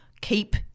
keep